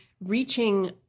reaching